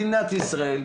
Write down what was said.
מדינת ישראל,